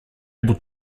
able